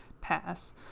pass